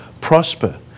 prosper